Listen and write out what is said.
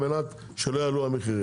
על מנת שלא יעלו המחירים.